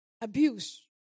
abuse